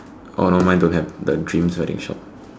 oh no mine don't have the dreams wedding shop